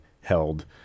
held